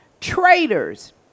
traitors